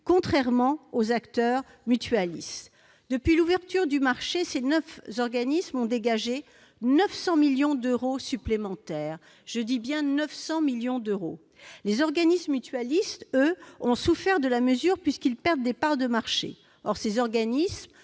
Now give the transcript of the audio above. contrairement aux acteurs mutualistes. Depuis l'ouverture du marché, ces organismes ont dégagé 900 millions d'euros supplémentaires- j'insiste sur ce montant. Les organismes mutualistes ont, eux, souffert de la mesure, puisqu'ils perdent des parts de marché. Or ils exercent